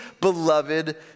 beloved